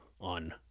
on